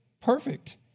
perfect